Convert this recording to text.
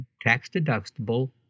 tax-deductible